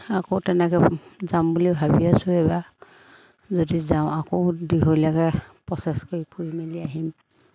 আকৌ তেনেকৈ যাম বুলি ভাবি আছোঁ এইবাৰ যদি যাওঁ আকৌ দীঘলীয়াকৈ প্ৰচেছ কৰি ফুৰি মেলি আহিম